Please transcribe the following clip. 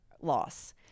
loss